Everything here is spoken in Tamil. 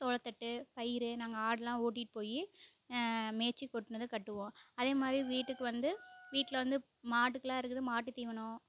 சோளத்தட்டு பயிர் நாங்கள் ஆடெலாம் ஓட்டிகிட்டு போய் மேய்ச்சி கூட்டினு வந்து கட்டுவோம் அதே மாதிரி வீட்டுக்கு வந்து வீட்டில் வந்து மாட்டுக்கெலாம் இருக்குது மாட்டுத் தீவனம்